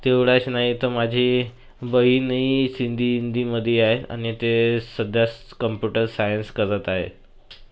तेवढंच नाही तर माझी बहीणही सिंधी हिंदीमध्ये आहे आणि ती सध्या स कंप्यूटर सायन्स करत आहे